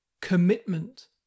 Commitment